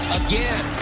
again